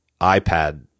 iPad